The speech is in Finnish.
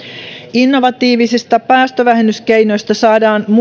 innovatiivisista päästövähennyskeinoista saadaan